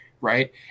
right